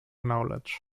knowledge